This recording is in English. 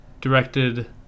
directed